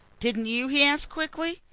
didn't you? he asked quickly.